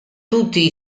tutti